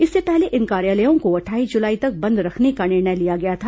इससे पहले इन कार्यालयों को अट्ठाईस जुलाई तक बंद रखने का निर्णय लिया गया था